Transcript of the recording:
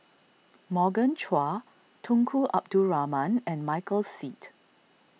Morgan Chua Tunku Abdul Rahman and Michael Seet